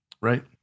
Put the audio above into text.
Right